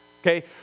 okay